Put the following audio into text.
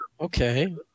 Okay